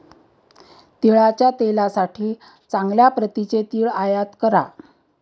तिळाच्या तेलासाठी चांगल्या प्रतीचे तीळ आयात करा